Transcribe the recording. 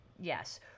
yes